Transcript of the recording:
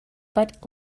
but